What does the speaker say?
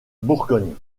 bourgogne